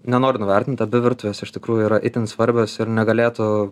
nenoriu nuvertint abi virtuvės iš tikrųjų yra itin svarbios ir negalėtų